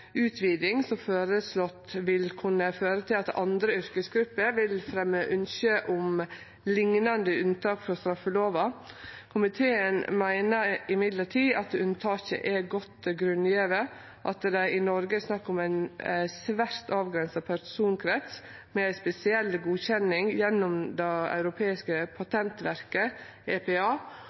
andre yrkesgrupper vil fremje ynske om liknande unntak frå straffelova. Komiteen meiner likevel at unntaket er godt grunngjeve, at det i Noreg er snakk om ein svært avgrensa personkrets med ei spesiell godkjenning gjennom det europeiske patentverket, EPA,